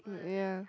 yeah